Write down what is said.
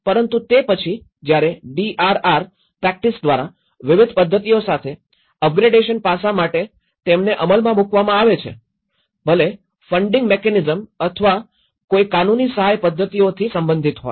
પરંતુ તે પછી જ્યારે ડીઆરઆર પ્રેક્ટિસ દ્વારા વિવિધ પદ્ધતિઓ સાથે અપ ગ્રેડેશન પાસા માટે તેમને અમલમાં મૂકવામાં આવે છે ભલે ફંડિંગ મિકેનિઝમ અથવા કોઈ કાનૂની સહાય પદ્ધતિઓથી સંબંધિત હોય